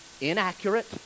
inaccurate